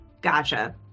Gotcha